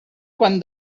quan